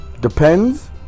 Depends